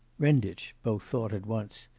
renditch, both thought at once,